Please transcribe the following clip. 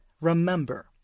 remember